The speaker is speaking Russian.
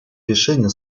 решение